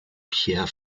pierre